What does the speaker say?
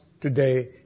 today